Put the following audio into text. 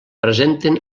presenten